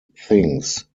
things